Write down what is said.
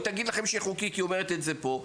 היא תגיד לכם שחוקי כי היא אומרת את זה פה,